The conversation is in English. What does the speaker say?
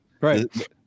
Right